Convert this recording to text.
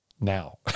now